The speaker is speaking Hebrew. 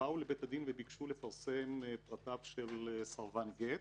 באו לבית הדין וביקשו לפרסם פרטיו של סרבן גט,